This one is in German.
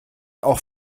auch